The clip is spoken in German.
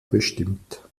bestimmt